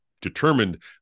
determined